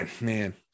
man